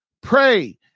pray